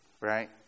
Right